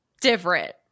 different